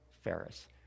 Ferris